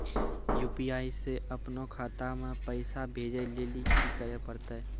UPI से अपनो खाता मे पैसा भेजै लेली कि करै पड़तै?